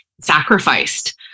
sacrificed